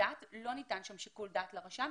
לא ניתן שם שיקול דעת לרשם.